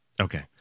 Okay